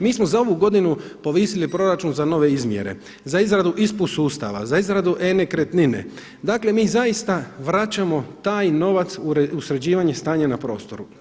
Mi smo za ovu godinu povisili proračun za nove izmjere, za izradu ISP sustavu, za izradu e-nekretnine, dakle mi zaista vraćamo taj novac u sređivanje stanja na prostoru.